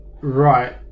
right